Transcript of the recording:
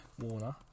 Warner